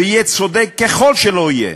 ויהיה צודק ככל שלא יהיה,